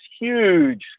huge